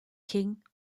king